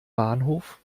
bahnhof